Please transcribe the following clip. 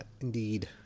indeed